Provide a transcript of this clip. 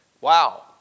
Wow